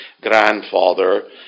grandfather